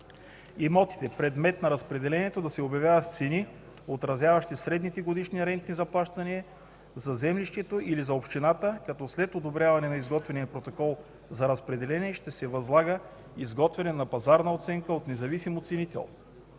имотите, предмет на разпределението, да се обявяват с цени, отразяващи средните годишни ренти за плащане за землището или за общината, като след одобряване на изготвения протокол за разпределение, ще се възлага изготвяне на пазарна оценка от независим оценител.